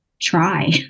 try